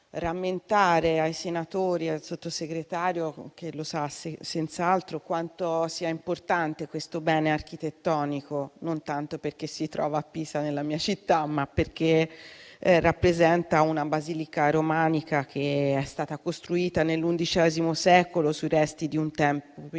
ai senatori e al Sottosegretario, che lo sa senz'altro, quanto sia importante questo bene architettonico, e non tanto perché si trova a Pisa, nella mia città, ma perché è una Basilica romanica costruita nell'undicesimo secolo sui resti di un tempio